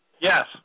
yes